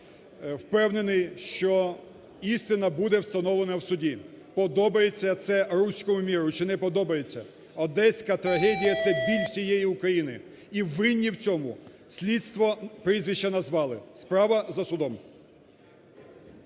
Впевнений, що істина буде встановлена в суді, подобається це "русскому миру" чи не подобається. Одеська трагедія – це біль всієї України. І винні в цьому слідство прізвища назвали. Справа за судом.